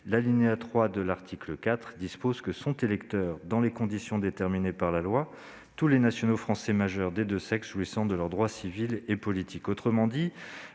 l'alinéa 4 de son article 3 dispose que « sont électeurs, dans les conditions déterminées par la loi, tous les nationaux français majeurs des deux sexes, jouissant de leurs droits civils et politiques ». Autrement dit,